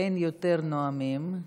אין יותר נואמים,